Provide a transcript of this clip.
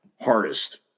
hardest